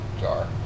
jar